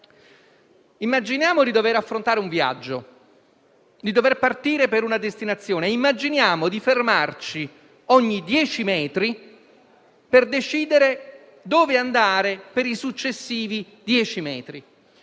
Immaginiamo di dover affrontare un viaggio, di dover partire per una destinazione e di fermarci ogni dieci metri per decidere dove andare per i successivi dieci.